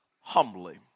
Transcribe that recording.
humbly